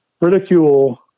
ridicule